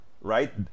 right